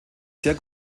sehr